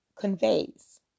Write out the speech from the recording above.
conveys